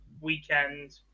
weekend